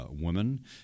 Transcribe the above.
Women